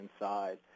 inside